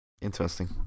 Interesting